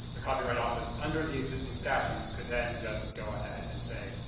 the copyright office, under the existing statute, could then just go ahead and say,